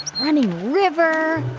running river,